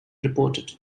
reported